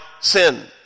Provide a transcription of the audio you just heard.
sin